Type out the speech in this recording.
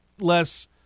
less